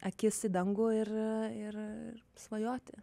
akis į dangų ir ir ir svajoti